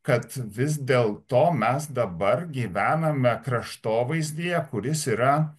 kad vis dėl to mes dabar gyvename kraštovaizdyje kuris yra